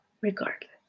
regardless